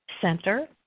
Center